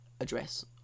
address